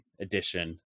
edition